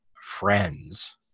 friends